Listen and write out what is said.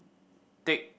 take